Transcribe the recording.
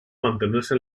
mantenerse